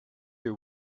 your